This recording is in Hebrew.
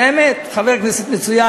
באמת, חבר כנסת מצוין.